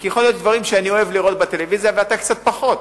כי יכול להיות שיש דברים שאני אוהב לראות בטלוויזיה ואתה קצת פחות,